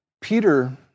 Peter